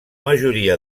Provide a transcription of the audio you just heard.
majoria